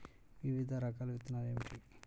వివిధ రకాల విత్తనాలు ఏమిటి?